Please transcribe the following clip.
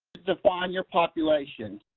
define your populations,